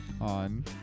on